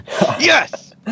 Yes